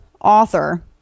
author